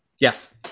Yes